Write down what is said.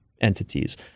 entities